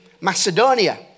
Macedonia